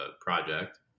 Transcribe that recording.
project